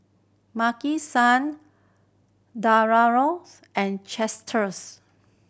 Maki San Diadoras and Chipsters